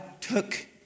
took